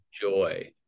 joy